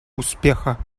успеха